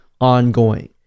ongoing